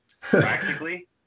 Practically